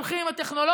הולכים עם הטכנולוגיה,